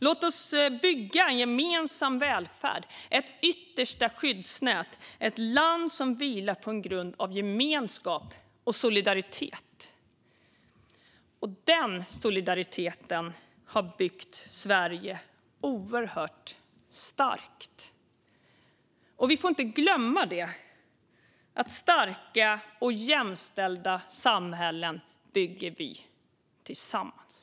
Låt oss bygga en gemensam välfärd som ett yttersta skyddsnät och ett land som vilar på en grund av gemenskap och solidaritet! Denna solidaritet har byggt Sverige oerhört starkt. Vi får inte glömma det. Starka och jämställda samhällen bygger vi tillsammans.